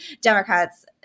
Democrats